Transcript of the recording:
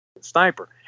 sniper